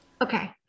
Okay